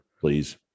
Please